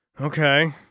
Okay